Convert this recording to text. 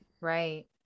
Right